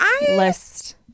list